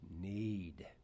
need